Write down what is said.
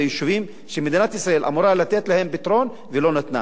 ביישובים שמדינת ישראל אמורה לתת להם פתרון ולא נתנה.